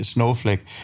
Snowflake